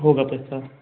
होगा पैसा